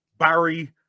Barry